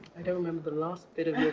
i don't remember the last bit of your